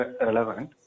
relevant